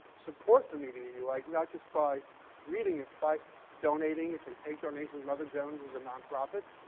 support the media you like, not just by reading it, by donating it. they take donations. mother jones is a nonprofit.